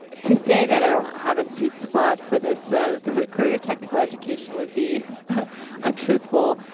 to say that i don't have a sweet spot for this career technical education would be untruthful.